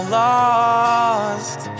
lost